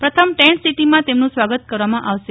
પ્રથમ ટેન્ટસીટીમાં તેમનું સ્વાગત કરવામાં આવશે